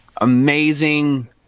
amazing